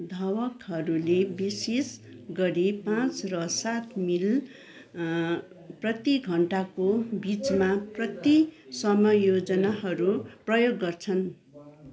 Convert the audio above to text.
धावकहरूले विशेष गरी पाँच र सात मिल अँ प्रतिघन्टाको बिचमा प्रति समायोजनहरू प्रयोग गर्छन्